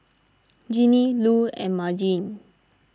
Ginny Lu and Margene